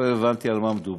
לא הבנתי על מה מדובר.